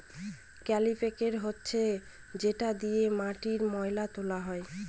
কাল্টিপ্যাকের হচ্ছে যেটা দিয়ে মাটির ময়লা তোলা হয়